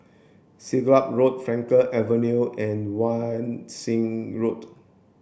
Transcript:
Siglap Road Frankel Avenue and Wan Shih Road